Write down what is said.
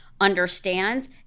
understands